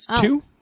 two